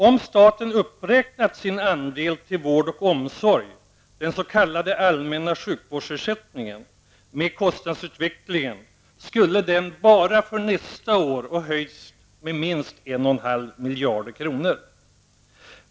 Om staten uppräknat sin andel till vård och omsorg, den s.k. allmänna sjukvårdsersättningen, med kostnadsutvecklingen skulle den, bara för nästa år, ha höjts med minst 1,5 miljarder kronor.